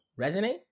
Resonate